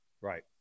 right